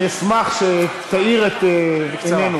אני אשמח שתאיר את עינינו.